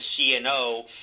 CNO